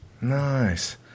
Nice